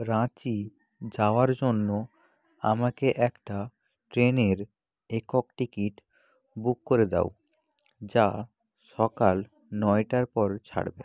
রাঁচি যাওয়ার জন্য আমাকে একটা ট্রেনের একক টিকিট বুক করে দাও যা সকাল নয়টার পর ছাড়বে